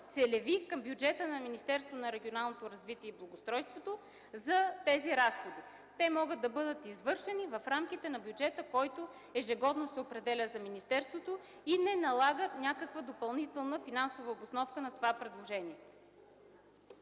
регионалното развитие и благоустройството за тези разходи. Те могат да бъдат извършени в рамките на бюджета, който ежегодно се определя за министерството, и не налагат някаква допълнителна финансова обосновка на това предложение.